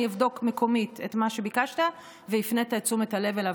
שאני אבדוק מקומית את מה שביקשת והפנית את תשומת הלב אליו.